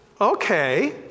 Okay